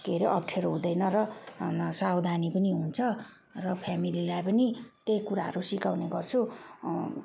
के हरे अप्ठ्यारो हुँदैन र सावधानी पनि हुन्छ र फेमिलीलाई पनि त्यही कुराहरू सिकाउने गर्छु